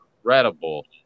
incredible